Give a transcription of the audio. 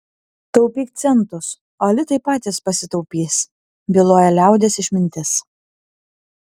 taupyk centus o litai patys pasitaupys byloja liaudies išmintis